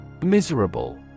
Miserable